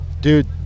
dude